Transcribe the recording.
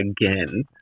again